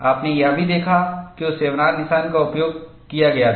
आपने यह भी देखा क्यों शेवरॉन निशान का उपयोग किया गया था